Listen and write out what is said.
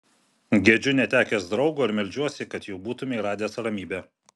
gedžiu netekęs draugo ir meldžiuosi kad jau būtumei radęs ramybę